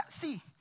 see